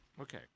Okay